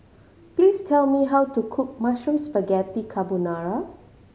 please tell me how to cook Mushroom Spaghetti Carbonara